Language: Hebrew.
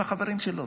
עם החברים שלו,